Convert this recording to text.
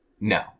no